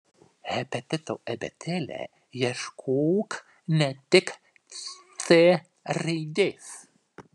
hepatito abėcėlė ieškok ne tik c raidės